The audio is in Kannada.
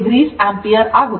2o ಆಂಪಿಯರ್ ಆಗುತ್ತದೆ